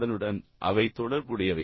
அதனுடன் அவை தொடர்புடையவை